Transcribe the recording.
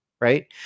right